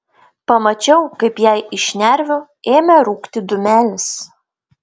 pamačiau kaip jai iš šnervių ėmė rūkti dūmelis